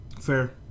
fair